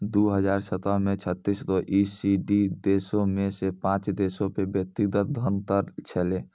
दु हजार सत्रह मे छत्तीस गो ई.सी.डी देशो मे से पांच देशो पे व्यक्तिगत धन कर छलै